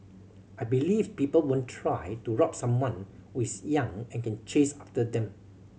I believe people won't try to rob someone who is young and can chase after them